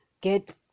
get